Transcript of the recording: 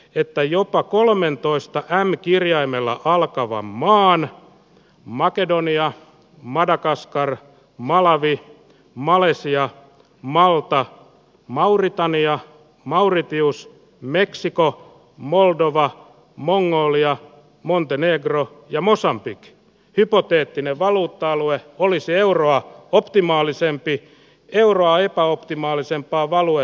että jopa kolmeentoista ääni kirjaimella alkavan maan makedonia madagaskar malawi malesia malta mauritania mauritius meksiko moldova mongolia montenegro ja mosambik hypoteettinen valuutta alue olisi euroa optimaalisempi euroa epäoptimaalisempaa value